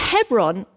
Hebron